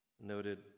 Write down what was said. Noted